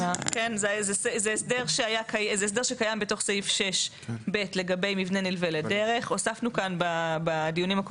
זה הסדר שקיים בתוך סעיף 6(ב) לגבי מבנה נלווה לדרך,